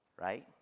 right